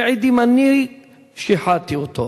שמעידים: אני שיחדתי אותו,